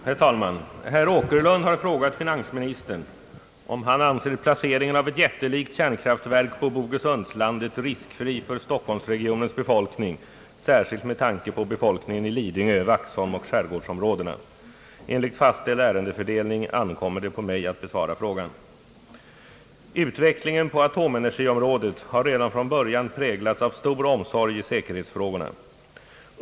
Herr talman! Herr Åkerlund har frågat finansministern om han anser placeringen av ett jättelikt kärnkraftverk på Bogesundslandet riskfri för stockholmsregionens befolkning särskilt med tanke på befolkningen i Lidingö, Vaxholm och skärgårdsområdena. Enligt fastställd ärendefördelning ankommer det på mig att besvara frågan. Utvecklingen på atomenergiområdet har redan från början präglats av stor omsorg i säkerhetsfrågorna.